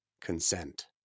consent